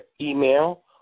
email